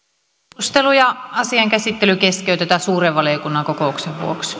keskustelu ja asian käsittely keskeytetään suuren valiokunnan kokouksen